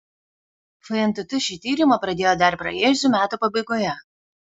fntt šį tyrimą pradėjo dar praėjusių metų pabaigoje